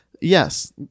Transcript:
yes